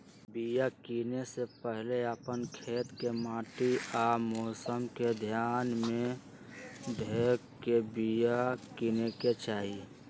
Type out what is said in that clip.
बिया किनेए से पहिले अप्पन खेत के माटि आ मौसम के ध्यान में ध के बिया किनेकेँ चाही